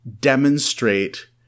demonstrate